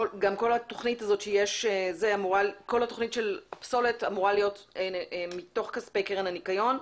כל התוכנית של פסולת אמורה להיות מתוך כספי קרן הניקיון,